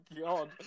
god